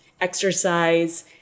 Exercise